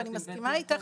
אני מסכימה איתך